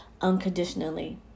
unconditionally